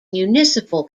municipal